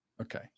Okay